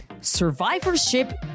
Survivorship